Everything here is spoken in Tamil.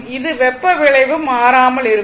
இங்கு வெப்ப விளைவு மாறாமல் இருக்கும்